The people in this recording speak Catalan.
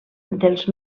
dels